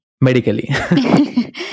medically